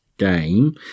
game